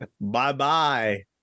Bye-bye